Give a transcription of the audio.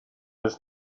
was